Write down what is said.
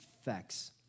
effects